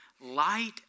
Light